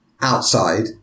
outside